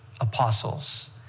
apostles